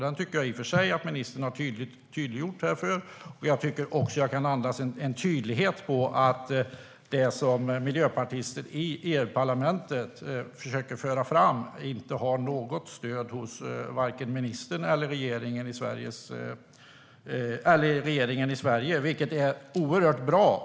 Den tycker jag i och för sig att ministern har tydliggjort, och jag tycker också att jag kan andas en tydlighet om att det miljöpartister i EU-parlamentet försöker föra fram inte har något stöd hos vare sig ministern eller Sveriges regering, vilket är oerhört bra.